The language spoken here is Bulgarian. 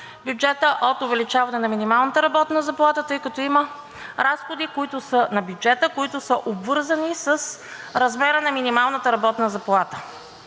бюджетът от увеличаване на минималната работна заплата, тъй като има разходи на бюджета, които са обвързани с размера на минималната работна заплата.